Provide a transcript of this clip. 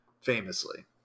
famously